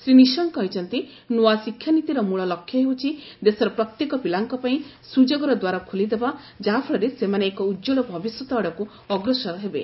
ଶ୍ରୀ ନିଶଙ୍କ କହିଛନ୍ତି ନୂଆ ଶିକ୍ଷା ନୀତିର ମୂଳ ଲକ୍ଷ୍ୟ ହେଉଛି ଦେଶର ପ୍ରତ୍ୟେକ ପିଲାଙ୍କ ପାଇଁ ସୁଯୋଗର ଦ୍ୱାର ଖୋଲିଦେବା ଯାହାଫଳରେ ସେମାନେ ଏକ ଉଜ୍ୱଳ ଭବିଷ୍ୟତ ଆଡ଼କୁ ଅଗ୍ରସର ହେବେ